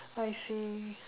I see